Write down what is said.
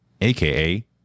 aka